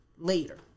later